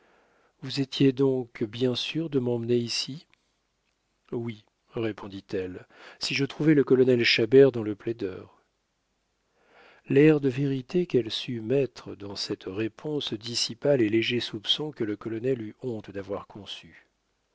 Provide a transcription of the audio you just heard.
vous étiez donc bien sûre de m'emmener ici oui répondit-elle si je trouvais le colonel chabert dans le plaideur l'air de vérité qu'elle sut mettre dans cette réponse dissipa les légers soupçons que le colonel eut honte d'avoir conçus